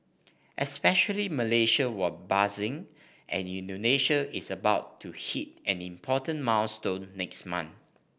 especially Malaysia were buzzing and Indonesia is about to hit an important milestone next month